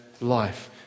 life